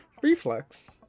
Reflex